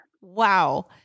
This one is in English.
Wow